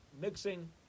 mixing